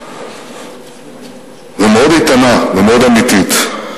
מאוד איתנה ומאוד אמיתית.